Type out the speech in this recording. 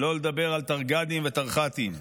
שלא לדבר על תרג"דים ותרח"טים.